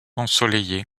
ensoleillés